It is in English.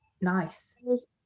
nice